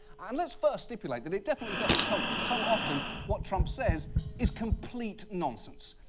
and let's first stipulate that it definitely doesn't help that so often what trump says is complete nonsense.